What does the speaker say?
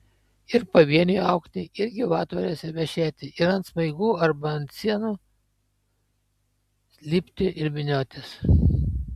ir pavieniui augti ir gyvatvorėse vešėti ir ant smaigų arba ant sienų lipti ir vyniotis